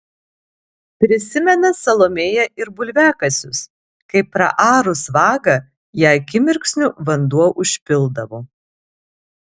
prisimena salomėja ir bulviakasius kai praarus vagą ją akimirksniu vanduo užpildavo